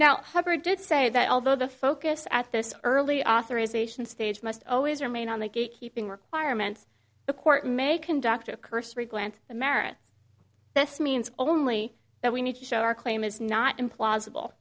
now hubbard did say that although the focus at this early authorisation stage must always remain on the gate keeping requirements the court may conduct a cursory glance the merits this means only that we need to show our claim is not implausible